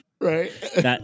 Right